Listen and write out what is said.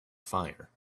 fire